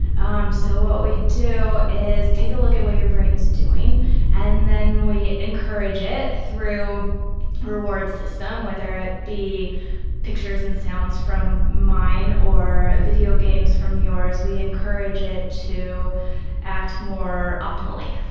um so what we do is take a look at what your brain is doing and then we encourage it through a reward system whether it be pictures and sounds from mine or video games from yours, we encourage it to act more optimally.